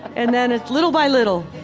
and then, little by little,